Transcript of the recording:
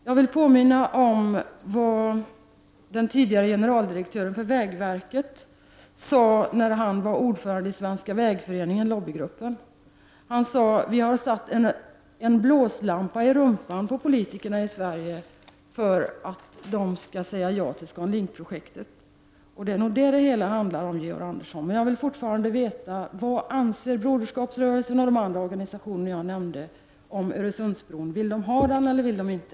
Jag vill påminna om vad den tidigare generaldirektören för vägverket sade när han var ordförande i Svenska vägföreningen — lobbygruppen. Han sade att de hade satt en blåslampa under rumpan på politikerna i Sverige för att dessa skulle säga ja till ScanLink-projektet. Det är nog detta det hela handlar om, Georg Andersson. Men jag vill fortfarande veta vad Broderskapsrörelsen och de andra organisationerna anser om Öresundsbron. Vill de ha den eller inte?